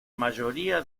mayoría